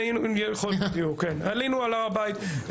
עלינו על הר הבית,